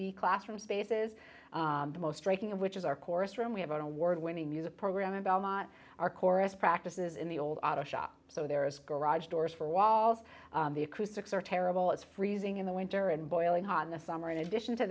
be classroom spaces the most raking of which is our course room we have one award winning music program in belmont our chorus practice is in the old auto shop so there is garage doors for walls the acoustics are terrible it's freezing in the winter and boiling hot in the summer in addition to